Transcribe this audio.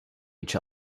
each